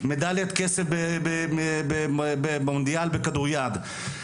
מדליית כסף במונדיאל בכדור יד.